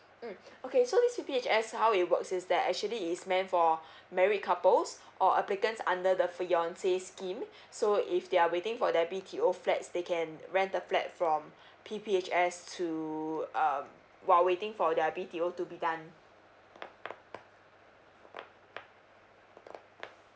mm okay so this P_P_H_S how it works is that actually is meant for married couples or applicants under the fiancée scheme so if they are waiting for their B_T_O flats they can rent the flat from P_P_H_S to uh while waiting for their B_T_O to be done